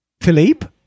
Philippe